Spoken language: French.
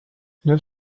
neuf